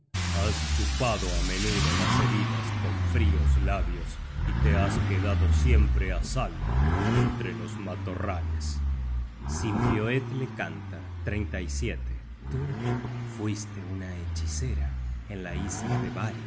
has chupado á menudo las heridas con frios labios y te has quedado siempre á salvo entre los matorrales sinfioetle canta tú fuiste una hechicera en la isla de